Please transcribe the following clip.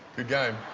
good game.